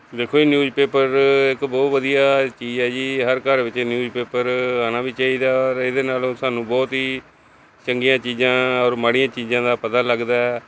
ਵੇਖੋ ਜੀ newspaper ਇੱਕ ਬਹੁਤ ਵਧੀਆ ਚੀਜ਼ ਹੈ ਜੀ ਹਰ ਘਰ ਵਿੱਚ ਇਹ ਨਿਊਜ਼ ਪੇਪਰ ਆਉਣਾ ਵੀ ਚਾਹੀਦਾ ਔਰ ਇਹਦੇ ਨਾਲ ਸਾਨੂੰ ਬਹੁਤ ਹੀ ਚੰਗੀਆਂ ਚੀਜ਼ਾਂ ਔਰ ਮਾੜੀਆਂ ਚੀਜ਼ਾਂ ਦਾ ਪਤਾ ਲੱਗਦਾ ਹੈ